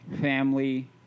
family